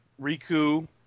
Riku